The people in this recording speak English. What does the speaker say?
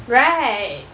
right